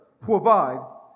provide